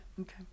okay